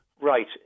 Right